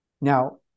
Now